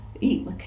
eat